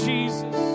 Jesus